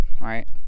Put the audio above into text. right